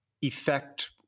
effect